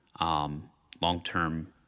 long-term